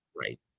Right